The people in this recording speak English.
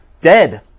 Dead